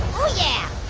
ooh, yeah,